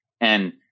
And-